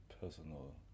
personal